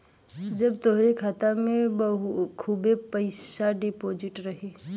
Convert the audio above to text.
जब तोहरे खाते मे खूबे पइसा डिपोज़िट रही